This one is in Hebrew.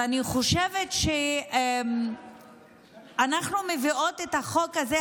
אני חושבת שאנחנו מביאות את החוק הזה,